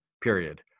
period